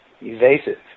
evasive